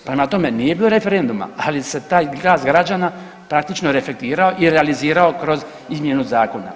Prema tome, nije bilo referenduma, ali se taj glas građana praktično reflektirao i realizirao kroz izmjenu zakona.